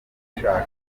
shaka